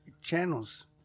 channels